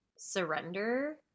surrender